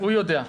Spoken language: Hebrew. הוא יודע.